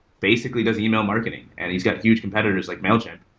basically, does email marketing, and he's got huge competitors like mailchimp,